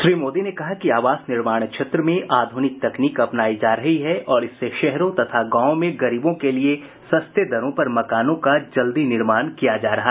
श्री मोदी ने कहा कि आवास निर्माण क्षेत्र में आध्रनिक तकनीक अपनायी जा रही है और इससे शहरों तथा गांवों में गरीबों के लिए सस्ते दरों पर मकानों का जल्दी निर्माण किया जा रहा है